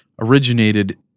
originated